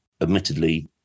admittedly